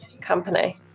company